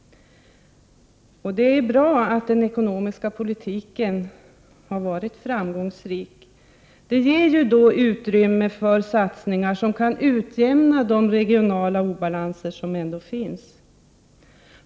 Det är bra att den ekonomiska politiken har varit framgångsrik. Det ger utrymme för satsningar som kan utjämna de regionala obalanser som ändå finns.